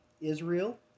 Israel